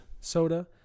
soda